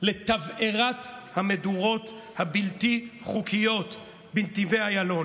לתבערת המדורות הבלתי-חוקיות בנתיבי איילון,